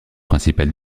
principal